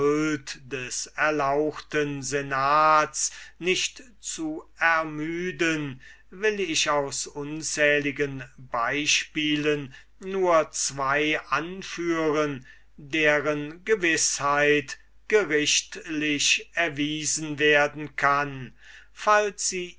des erlauchten senats nicht zu ermüden will ich aus unzähligen beispielen nur zwei anführen deren gewißheit gerichtlich erwiesen werden kann falls sie